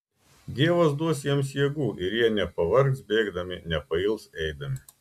dievas duos jiems jėgų ir jie nepavargs bėgdami nepails eidami